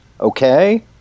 okay